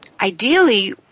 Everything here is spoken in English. ideally